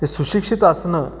हे सुशिक्षित असणं